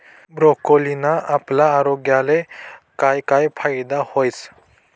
ब्रोकोलीना आपला आरोग्यले काय काय फायदा व्हस